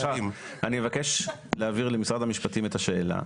גם מבקש להעביר למשרד המשפטים את השאלה,